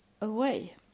away